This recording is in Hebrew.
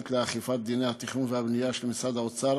לאכיפת דיני התכנון והבנייה של משרד האוצר